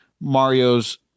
mario's